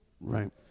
Right